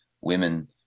women